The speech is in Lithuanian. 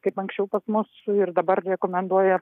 kaip anksčiau pas mus ir dabar rekomenduoja